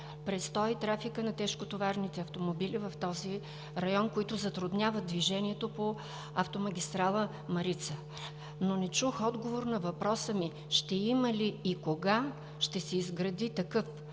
престоя и трафика на тежкотоварните автомобили в този район, който затруднява движението по автомагистрала „Марица“, но не чух отговор на въпроса ми: ще има ли и кога ще се изгради такъв